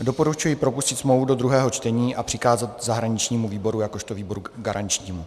Doporučuji propustit smlouvu do druhého čtení a přikázat zahraničnímu výboru jakožto výboru garančnímu.